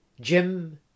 Jim